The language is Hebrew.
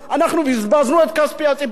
אנחנו בזבזנו את כספי הציבור,